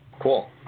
Cool